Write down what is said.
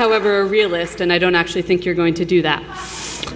however realist and i don't actually think you're going to do that